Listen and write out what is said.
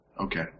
Okay